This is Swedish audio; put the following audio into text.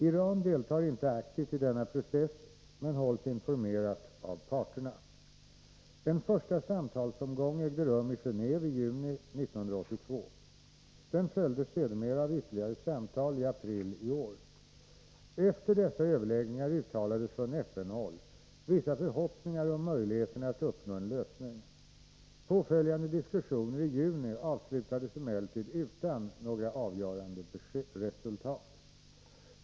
Iran deltar inte aktivt i denna process men hålls informerat av parterna. En första samtalsomgång ägde rum i Genéve i juni 1982. Den följdes sedermera av ytterligare samtal i april i år. Efter dessa överläggningar uttalades från FN-håll vissa förhoppningar om möjligheterna att uppnå en lösning. Påföljande diskussioner i juni avslutades emellertid utan några avgörande resultat.